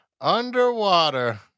underwater